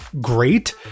great